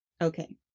Okay